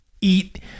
eat